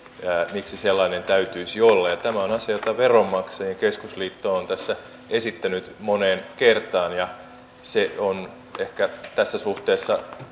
miksi sellainen täytyisi olla tämä on asia jota veronmaksajain keskusliitto on tässä esittänyt moneen kertaan ja se on ehkä tässä suhteessa